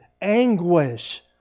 anguish